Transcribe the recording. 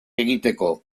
egiteko